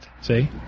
see